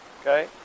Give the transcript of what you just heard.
Okay